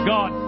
God